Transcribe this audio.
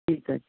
ਠੀਕ ਆ ਜੀ